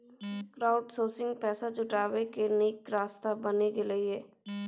crowdsourcing पैसा जुटबै केर नीक रास्ता बनि गेलै यै